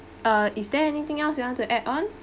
uh is there anything else you want to add on